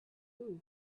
flue